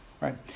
right